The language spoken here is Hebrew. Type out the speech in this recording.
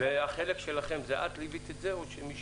ואת ליווית את החלק שלכם?